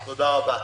תודה רבה.